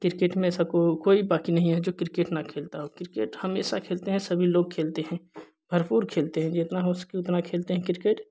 cricket में सबको कोई बाकी नहीं है जो क्रिकेट न खेलता हो क्रिकेट हमेशा खेलते हैं सभी लोग खेलते हैं भरपूर खेलते हैं जितना हो सके उतना खेलते हैं क्रिकेट